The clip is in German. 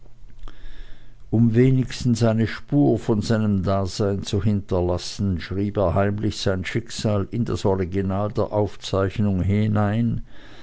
um wenigstens eine spur von seinem dasein zu hinterlassen schrieb er heimlich sein schicksal in das original der aufzeichnungen hinein